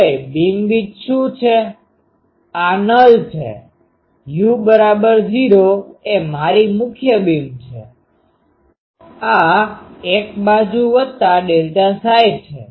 હવે બીમવિડ્થbeamwidthબીમની પહોળાઈ શું છે આ નલ છે u૦ એ મારી મુખ્ય બીમ છે આ એક બાજુ વત્તા ΔΨ છે